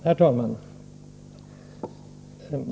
Herr talman!